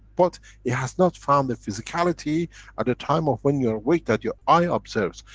but it has not found the physicality at the time of when you're awake that your eye observes.